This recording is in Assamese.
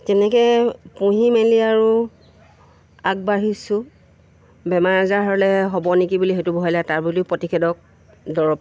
তেনেকৈ পুহি মেলি আৰু আগবাঢ়িছোঁ বেমাৰ আজাৰ হ'লে হ'ব নেকি বুলি সেইটো ভয় লাগে তাৰ বুলিও প্ৰতিষেধক দৰৱ